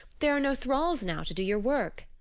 there are no thralls now to do your work.